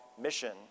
mission